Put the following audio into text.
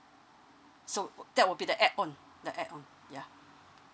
so that will be the add on the add on yeah